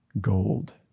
Gold